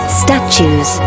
statues